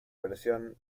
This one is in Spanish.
versión